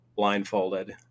Blindfolded